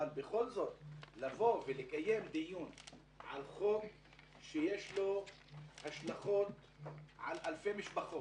אבל לקיים דיון על חוק שיש לו השלכות על אלפי משפחות,